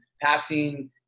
passing